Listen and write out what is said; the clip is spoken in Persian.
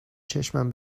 چشمم